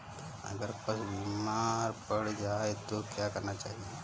अगर पशु बीमार पड़ जाय तो क्या करना चाहिए?